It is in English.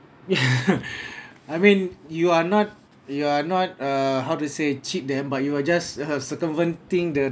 I mean you are not you are not uh how to say cheat them but you were just have circumventing the